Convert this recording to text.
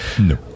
No